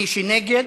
מי שנגד,